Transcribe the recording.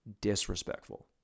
Disrespectful